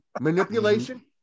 Manipulation